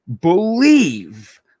believe